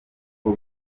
bwo